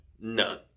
None